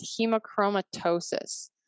hemochromatosis